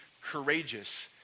courageous